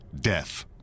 death